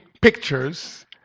pictures